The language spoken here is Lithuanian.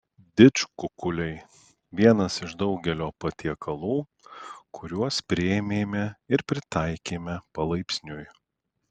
didžkukuliai vienas iš daugelio patiekalų kuriuos priėmėme ir pritaikėme palaipsniui